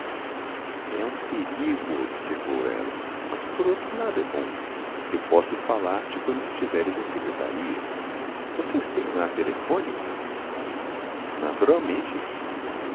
é um perigo observou ela mas por outro lado é bom porque posso falar-te quando estiveres na secretaria vocês têm lá telefone naturalmente